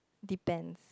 depends